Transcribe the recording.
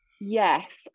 yes